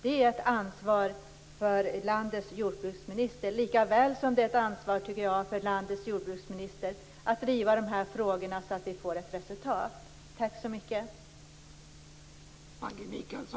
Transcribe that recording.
Det är ett ansvar för landets jordbruksminister, likaväl som att driva de här frågorna på ett sådant sätt att vi får ett resultat.